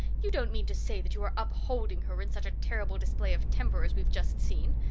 you don't mean to say that you are upholding her in such a terrible display of temper as we've just seen?